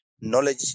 knowledge